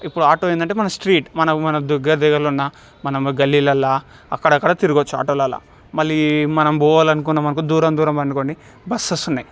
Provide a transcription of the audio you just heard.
ఇప్పుడు ఆటో ఏంటంటే మన స్ట్రీట్ మన మనకు దుర్గ దగ్గరలో ఉన్న మనము గల్లీలల్లా అక్కడక్కడ తిరగచ్చు ఆటోలల్లా మళ్ళీ మనం పోవాలి అనుకున్నాం అనుకో దూరం దూరం అనుకోండి బస్సెస్ ఉన్నయి